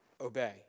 obey